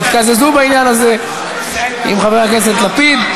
התקזזו בעניין הזה עם חבר הכנסת לפיד.